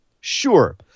sure